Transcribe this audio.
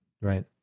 right